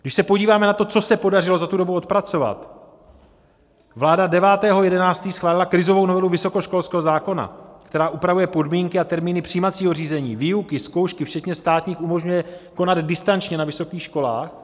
Když se podíváme na to, co se podařilo za tu dobu odpracovat: Vláda 9. 11. schválila krizovou novelu vysokoškolského zákona, která upravuje podmínky a termíny přijímacího řízení, výuky, zkoušky včetně státních umožňuje konat distančně na vysokých školách.